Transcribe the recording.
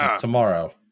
tomorrow